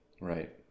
right